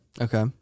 Okay